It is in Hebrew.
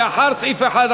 לאחרי סעיף 1,